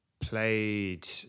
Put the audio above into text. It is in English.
played